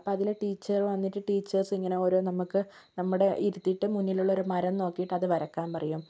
അപ്പോൾ അതിൽ ടീച്ചർ വന്നിട്ട് ടീച്ചേഴ്സ് ഇങ്ങനെ ഓരോ നമുക്ക് നമ്മുടെ ഇരുത്തിയിട്ട് മുന്നിലുള്ളൊരു മരം നോക്കിയിട്ട് അത് വരയ്ക്കാൻ പറയും